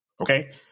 Okay